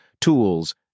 tools